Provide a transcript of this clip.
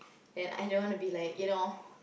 and I don't want to be like you know